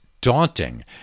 daunting